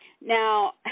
Now